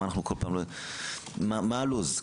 מה הלו"ז?